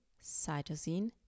cytosine